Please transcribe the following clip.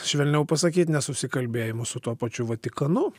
švelniau pasakyt nesusikalbėjimų su tuo pačiu vatikanu